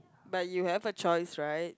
but you have a choice right